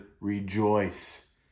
rejoice